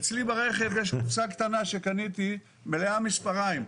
אצלי ברכב יש לי קופסה קטנה שקניתי שהיא מלאה מספרים.